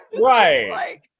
right